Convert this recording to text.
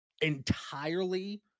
entirely